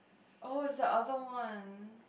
oh it's the other one